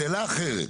שאלה אחרת,